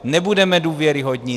Nebudeme důvěryhodní!